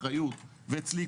אסנת מדברת.